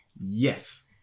Yes